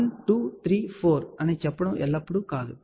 కాబట్టి మనం 1 2 3 4 అని చెప్పడం ఎల్లప్పుడూ కాదు సరే